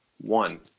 one